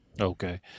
okay